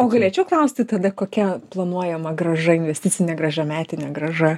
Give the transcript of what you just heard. o galėčiau klausti tada kokia planuojama grąža investicinė grąža metinė grąža